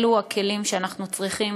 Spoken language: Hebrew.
אלו הכלים שאנחנו צריכים,